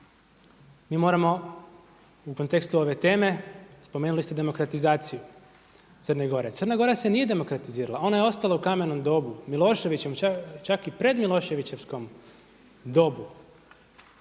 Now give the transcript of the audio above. mi moramo u kontekstu ove teme, spomenuli ste demokratizaciju Crne Gore, Crna Gora se nije demokratizirala ona je ostala u kamenom dobu, Miloševićevom, čak i pred Miloševićevskom dobu.